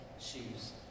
shoes